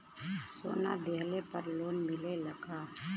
सोना दिहला पर लोन मिलेला का?